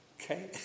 Okay